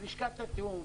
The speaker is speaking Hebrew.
עם לשכת התיאום,